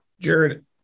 Jared